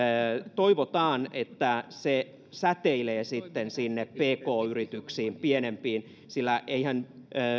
toivotaan että se säteilee sitten pk yrityksiin pienempiin yrityksiin sillä eihän